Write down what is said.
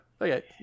okay